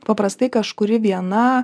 paprastai kažkuri viena